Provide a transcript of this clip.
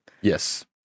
Yes